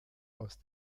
aus